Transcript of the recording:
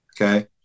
Okay